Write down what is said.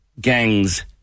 gangs